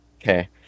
okay